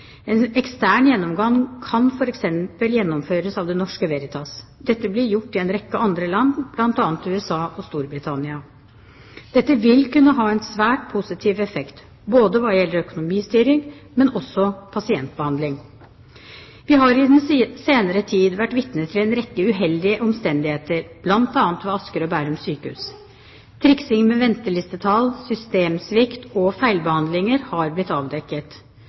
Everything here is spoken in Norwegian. En ekstern gjennomgang kan f.eks. gjennomføres av Det Norske Veritas. Dette blir gjort i en rekke andre land, bl.a. USA og Storbritannia. Dette vil kunne ha en svært positiv effekt, både når det gjelder økonomistyring, og når det gjelder pasientbehandling. Vi har i den senere tid vært vitne til en rekke uheldige omstendigheter, bl.a. ved Sykehuset Asker og Bærum. Triksing med ventelistetall, systemsvikt og feilbehandlinger har blitt avdekket.